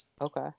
okay